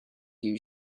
you